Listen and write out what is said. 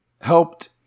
helped